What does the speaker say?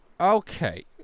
Okay